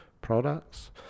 products